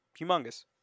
humongous